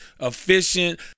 efficient